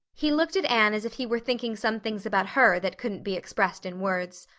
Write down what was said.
he looked at anne as if he were thinking some things about her that couldn't be expressed in words.